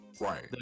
Right